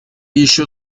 еще